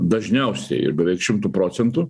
dažniausiai ir beveik šimtu procentų